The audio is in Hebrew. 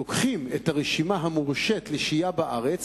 לוקחים את הרשימה המורשית לשהייה בארץ,